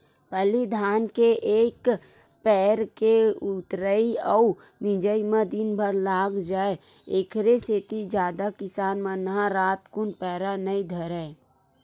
पहिली धान के एक पैर के ऊतरई अउ मिजई म दिनभर लाग जाय ऐखरे सेती जादा किसान मन ह रातकुन पैरा नई धरय